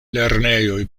lernejoj